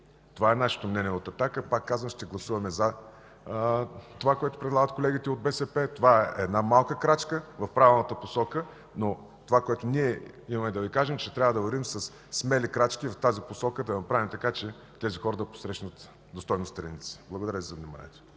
Това е нашето мнение от „Атака”. Пак казвам, ще гласуваме „за” това, което предлагат колегите от БСП. Това е една малка крачка в правилната посока. Но това, което ние имаме да Ви кажем, е, че трябва да вървим със смели крачки в тази посока, да направим така, че тези хора да посрещнат достойно старините си. Благодаря Ви за вниманието.